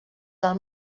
del